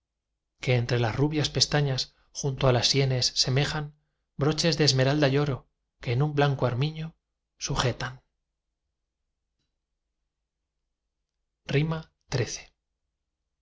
que entre las rubias pestañas junto á las sienes semejan broches de esmeralda y oro que un blanco armiño sujetan xiii